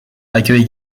accueille